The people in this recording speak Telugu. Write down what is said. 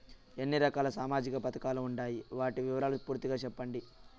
ఎన్ని రకాల సామాజిక పథకాలు ఉండాయి? వాటి వివరాలు పూర్తిగా సెప్పండి?